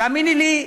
תאמיני לי,